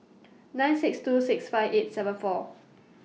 nine six two six five eight seven four